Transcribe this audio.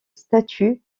statues